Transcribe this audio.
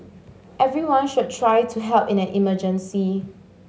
everyone should try to help in an emergency